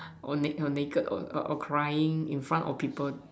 or naked or crying in front of people